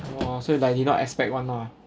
!wah! so Iike did not expect one lah